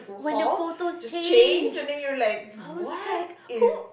hall just chase and then you're like what is